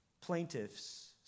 plaintiff's